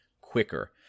quicker